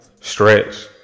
Stretch